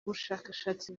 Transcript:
ubushakashatsi